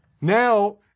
Now